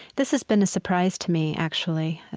this has been a surprise to me, actually,